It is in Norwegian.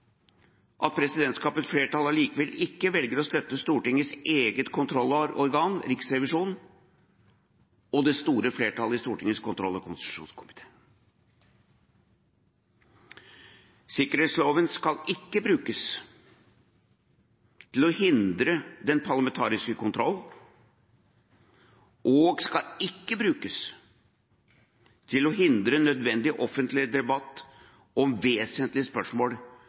at presidentskapets flertall allikevel ikke velger å støtte Stortingets eget kontrollorgan Riksrevisjonen og det store flertallet i Stortingets kontroll- og konstitusjonskomité. Sikkerhetsloven skal ikke brukes til å hindre den parlamentariske kontroll og skal ikke brukes til å hindre nødvendig offentlig debatt om vesentlige spørsmål